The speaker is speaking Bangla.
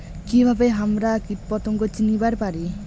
কিভাবে হামরা কীটপতঙ্গ চিনিবার পারি?